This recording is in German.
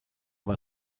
war